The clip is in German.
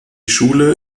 schule